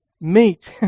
meat